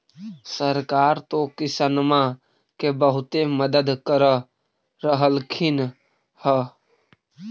सरकार तो किसानमा के बहुते मदद कर रहल्खिन ह?